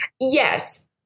Yes